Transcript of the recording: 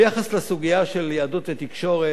ביחס לסוגיה של יהדות ותקשורת,